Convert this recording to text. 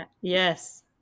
Yes